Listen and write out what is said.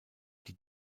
die